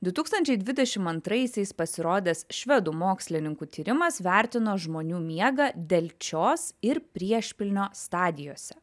du tūkstančiai dvidešimt antraisiais pasirodęs švedų mokslininkų tyrimas vertino žmonių miegą delčios ir priešpilnio stadijose